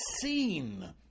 seen